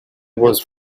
was